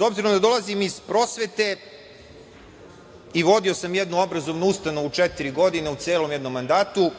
obzirom da dolazim iz prosvete i vodio sam jednu obrazovnu ustanovu četiri godine, u celom jednom mandatu,